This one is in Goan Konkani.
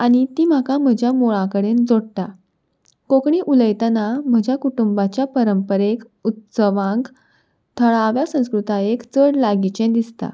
आनी ती म्हाका म्हज्या मुळा कडेन जोडटा कोंकणी उलयतना म्हज्या कुटुंबाच्या परंपरेक उत्सवांक थळाव्या संस्कृतायेक चड लागींचें दिसता